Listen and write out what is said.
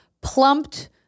plumped